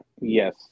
yes